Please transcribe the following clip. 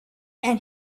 and